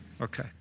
Okay